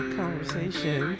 conversation